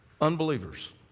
unbelievers